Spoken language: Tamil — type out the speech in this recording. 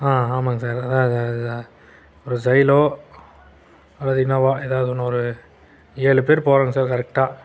ஆ ஆமாங்க சார் அதான் ஒரு சைலோ அல்லது இனோவா எதாவது ஒன்று ஒரு ஏழு பேரு போகிறோங்க சார் கரெக்டாக